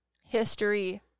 History